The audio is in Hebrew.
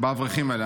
באברכים האלה.